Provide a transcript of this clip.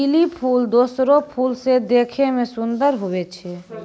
lily फूल दोसरो फूल से देखै मे सुन्दर हुवै छै